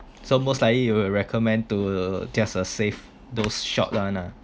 so most likely you will recommend to just a safe those short run lah